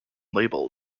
label